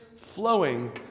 flowing